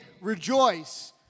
rejoice